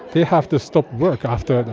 they have to stop work after,